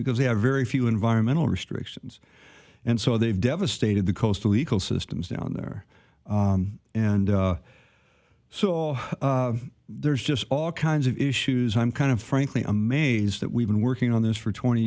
because they have very few environmental restrictions and so they've devastated the coastal ecosystems down there and so there's just all kinds of issues i'm kind of frankly amazed that we've been working on this for twenty